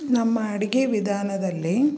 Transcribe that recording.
ನಮ್ಮ ಅಡುಗೆ ವಿಧಾನದಲ್ಲಿ